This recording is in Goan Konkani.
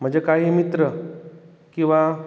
जे काही मित्र किंवा